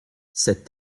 cette